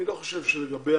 אני חושב שלגבי